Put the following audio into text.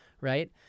right